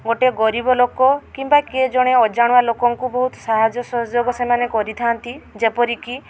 ଗୋଟେ ଗରିବ ଲୋକ କିମ୍ବା କିଏ ଜଣେ ଅଜାଣୁଆ ଲୋକଙ୍କୁ ବହୁତ ସାହାଯ୍ୟ ସହଯୋଗ ସେମାନେ କରିଥାଆନ୍ତି ଯେପରିକି